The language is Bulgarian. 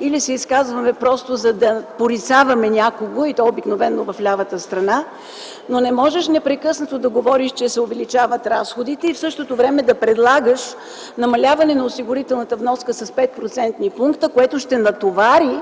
или се изказваме просто, за да порицаваме някого и то обикновено в лявата страна. Не може непрекъснато да се говори, че се увеличават разходите и в същото време да се предлага намаляване на осигурителната вноска с 5-процентни пункта, което ще натовари